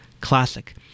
Classic